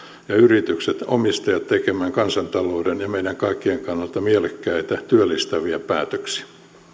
ja yritykset omistajat tekemään kansantalouden ja meidän kaikkien kannalta mielekkäitä työllistäviä päätöksiä